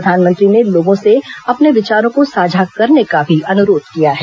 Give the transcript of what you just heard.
प्रधानमंत्री ने लोगों से अपने विचारों को साझा करने का भी अनुरोध किया है